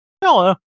Hello